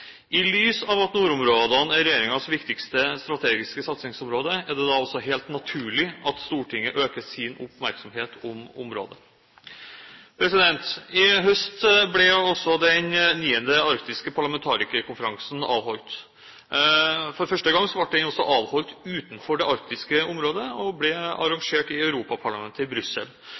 I lys av at nordområdene er regjeringens viktigste strategiske satsingsområde, er det helt naturlig at Stortinget øker sin oppmerksomhet om områdene. I høst ble Den 9. arktiske parlamentarikerkonferansen avholdt. For første gang ble den avholdt utenfor det arktiske området – den ble arrangert i Europaparlamentet i Brussel.